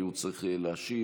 כי הוא צריך להשיב,